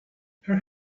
her